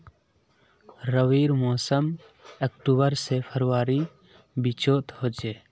रविर मोसम अक्टूबर से फरवरीर बिचोत होचे